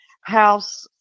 house